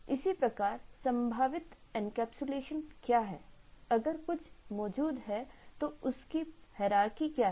इसी प्रकार संभावित एनकैप्सुलेशन क्या हैं अगर कुछ मौजूद है तो उसकी पदानुक्रमहैरारकी क्या है